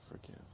Forgive